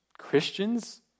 Christians